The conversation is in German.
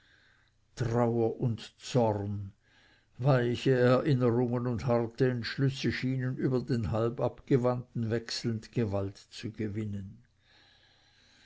trauer und zorn weiche erinnerungen und harte entschlüsse schienen über den halb abgewandten wechselnd gewalt zu gewinnen